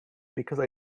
because